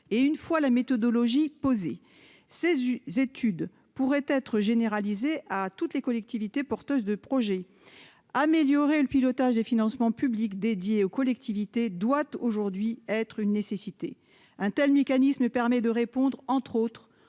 et une fois la méthodologie poser ses une étude pourrait être généralisé à toutes les collectivités porteuses de projets améliorer le pilotage et financement public dédié aux collectivités doit aujourd'hui être une nécessité un tel mécanisme permet de répondre entre autres